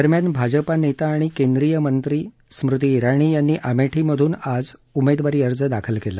दरम्यान भाजपा नेता आणि केंद्रीय मंत्री स्मृती इराणी यांनी अमेठी मधून आज उमेदवारी अर्ज दाखल केला